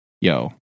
Yo